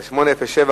807,